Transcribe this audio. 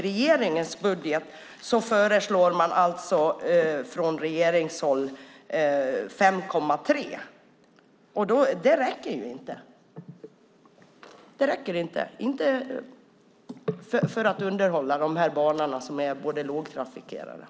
Regeringen föreslår i sin budget 5,3 miljoner. Det räcker inte för att underhålla dessa lågtrafikerade banor. Hur ska detta gå till?